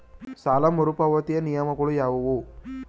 ಸಾಲ ಮರುಪಾವತಿಯ ನಿಯಮಗಳು ಯಾವುವು?